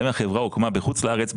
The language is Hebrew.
גם אם החברה הוקמה בחוץ לארץ,